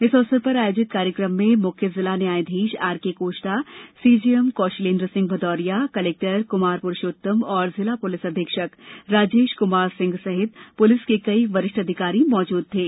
इस अवसर पर आयोजित कार्यक्रम में मुख्य जिला न्यायाधीश RK Koshta CJM Kaushalendra Singh Bhadauria collector Kumar Purushottam और जिला पुलिस अधीक्षक राजेश कुमार सिंह सहित पुलिस के कई वरिष्ठ अधिकारी मौजूद थे